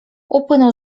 upłynął